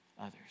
others